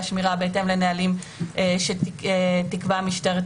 במובן של שמירת הערכות שנפגעי העבירה לא מעוניינים שיעברו למשטרה.